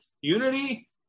unity